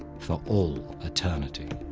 for all eternity.